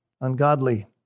ungodly